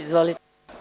Izvolite.